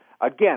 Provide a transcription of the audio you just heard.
Again